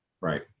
Right